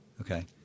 Okay